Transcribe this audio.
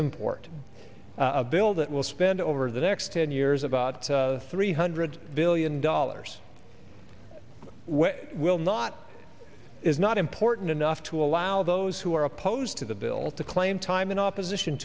import a bill that will spend over the next ten years about three hundred billion dollars which will not is not important enough to allow those who are opposed to the bill to claim time in opposition